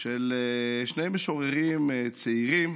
של שני משוררים צעירים.